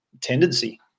tendency